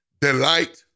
delight